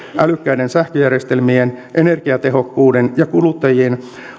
älykkäiden sähköjärjestelmien energiatehokkuuden ja kuluttajien